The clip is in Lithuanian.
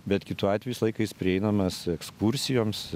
bet kitu atveju visą laiką jis prieinamas ekskursijoms